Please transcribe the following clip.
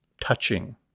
touching